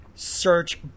Search